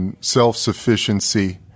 self-sufficiency